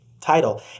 title